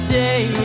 day